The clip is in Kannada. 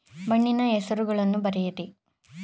ಮಣ್ಣಿನ ಹೆಸರುಗಳನ್ನು ಬರೆಯಿರಿ